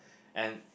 and